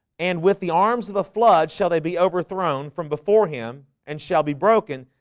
and with the arms of the flood shall they be overthrown from before him and shall be broken?